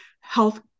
health